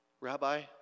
Rabbi